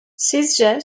sizce